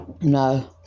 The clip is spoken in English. No